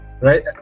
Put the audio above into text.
right